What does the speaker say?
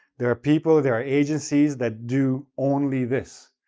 there are people, there are agencies that do only this.